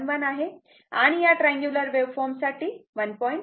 11 आहे आणि या ट्रँग्युलर वेव्हफॉर्म साठी 1